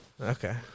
Okay